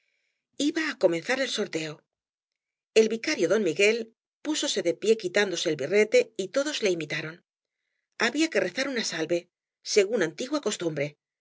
iba á comenzar el sorteo el vicario don miguel f úbose de pie quitándose el birrete y todos le imitaron había que rezar una salve según antigua costumbre